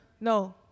no